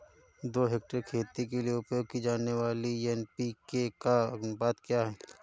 दो हेक्टेयर खेती के लिए उपयोग की जाने वाली एन.पी.के का अनुपात क्या है?